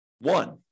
one